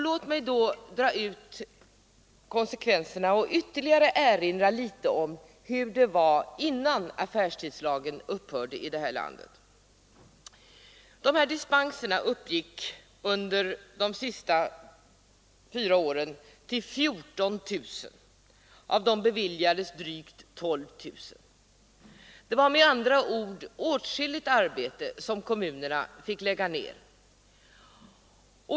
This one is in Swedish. Låt mig då dra ut konsekvenserna och ytterligare erinra litet om förhållandena innan affärstidslagen upphörde i det här landet. Dispensansökningarna uppgick under de senaste fyra åren till 14 000. Av dem beviljades drygt 12 000. Det var med andra ord åtskilligt arbete som kommunerna fick lägga ned.